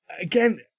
again